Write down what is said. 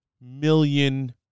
million